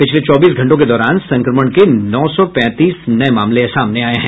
पिछले चौबीस घंटों के दौरान संक्रमण के नौ सौ पैंतीस नये मामले सामने आये हैं